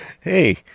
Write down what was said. hey